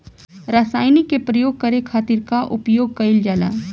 रसायनिक के प्रयोग करे खातिर का उपयोग कईल जाला?